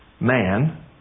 man